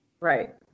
Right